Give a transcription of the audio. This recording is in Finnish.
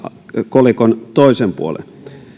kolikon toisen puolen